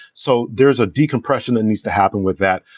so there's a decompression that needs to happen with that,